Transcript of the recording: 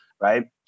Right